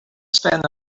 spend